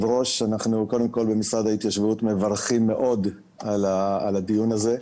אנחנו במשרד ההתיישבות מברכים מאוד על הדיון הזה.